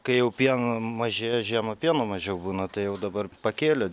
kai jau pieno mažėja žiemą pieno mažiau būna tai jau dabar pakėlė